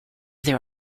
their